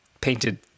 painted